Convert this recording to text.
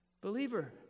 believer